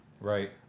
Right